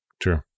True